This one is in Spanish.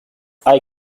hay